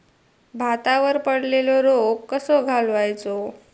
भातावर पडलेलो रोग कसो घालवायचो?